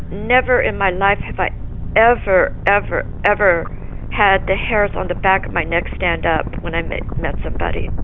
never in my life have i ever, ever, ever had the hairs on the back of my neck stand up when i met met somebody.